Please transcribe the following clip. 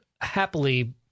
happily